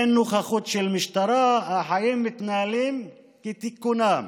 אין נוכחות של משטרה, החיים מתנהלים כתיקונם.